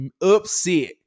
upset